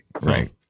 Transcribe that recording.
right